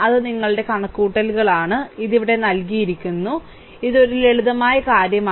അത് നിങ്ങളുടെ കണക്കുകൂട്ടലുകളാണ് ഇത് ഇവിടെ നൽകിയിരിക്കുന്നു ഇത് ഒരു ലളിതമായ കാര്യമാണ്